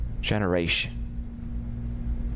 generation